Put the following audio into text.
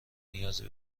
نیازی